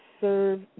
serve